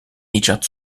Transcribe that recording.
icat